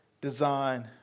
design